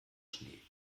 schnee